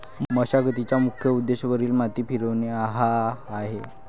मशागतीचा मुख्य उद्देश वरील माती फिरवणे हा आहे